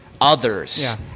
others